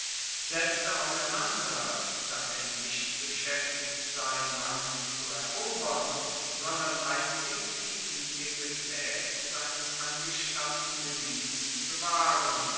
setzte auseinander dass er nicht beschaeftigt sei land zu erobern sondern einzig die integritaet seines angestammten gebiets zu wahren